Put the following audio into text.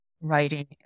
writing